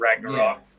Ragnarok